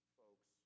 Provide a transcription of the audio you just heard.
folks